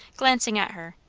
glancing at her.